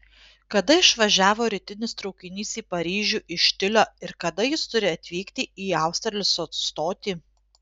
kada išvažiavo rytinis traukinys į paryžių iš tiulio ir kada jis turi atvykti į austerlico stotį